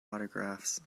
autographs